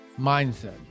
mindset